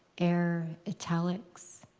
air italics.